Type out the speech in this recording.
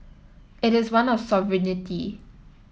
it is one of sovereignty